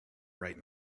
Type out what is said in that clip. bright